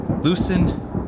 loosened